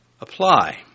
apply